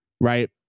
right